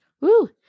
Woo